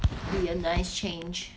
be a nice change